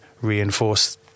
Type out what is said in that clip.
reinforce